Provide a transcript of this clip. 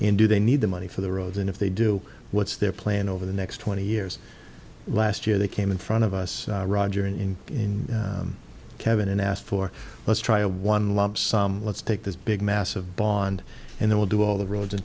and do they need the money for the roads and if they do what's their plan over the next twenty years last year they came in front of us roger and in kevin asked for let's try a one lump sum let's take this big massive bond and they will do all the roads in